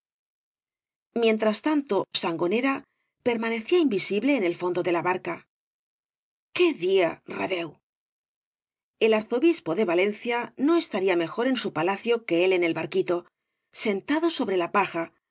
mientras tanto sangonera pernaanecía invisible en el fondo de la barca qué día redeu el arzo blspo de valencia no estarla mejor en eu palacio que él en el barquito sentado obre la paja